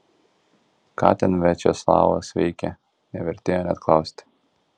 ką ten viačeslavas veikė nevertėjo net klausti